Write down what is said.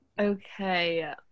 Okay